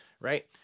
right